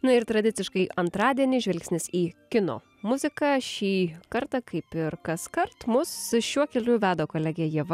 na ir tradiciškai antradienį žvilgsnis į kino muziką šį kartą kaip ir kaskart mus šiuo keliu veda kolegė ieva